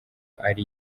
ari